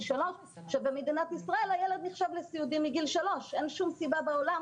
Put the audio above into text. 3 כשבמדינת ישראל הילד נחשב לסיעודי מגיל 3. אין שום סיבה בעולם